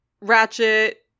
ratchet